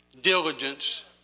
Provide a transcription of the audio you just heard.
diligence